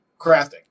crafting